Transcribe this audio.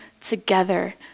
together